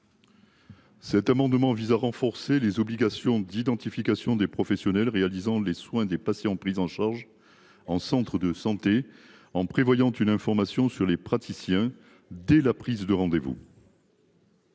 Cet amendement vise à renforcer les obligations d'identification des professionnels réalisant les soins des patients pris en charge en centre de santé en prévoyant une information sur les praticiens dès la prise de rendez-vous.